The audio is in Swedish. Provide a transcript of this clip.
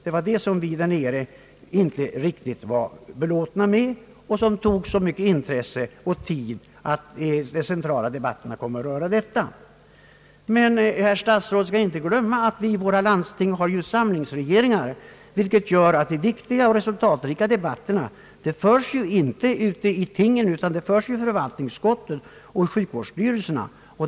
Den frågan var vi inte riktigt belåtna med, och den frågan tog så mycket intresse och tid i anspråk att de centrala debatterna mest kom att röra sig om den. Herr statsrådet skall inte glömma att vi i våra landsting har »samlingsregeringar», vilket gör att de viktiga och resultatrika debatterna inte förs vid landstingens plena utan i förvaltningsutskott och sjukvårdsstyrelser.